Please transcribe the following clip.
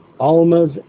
Almas